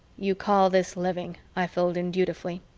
you call this living, i filled in dutifully.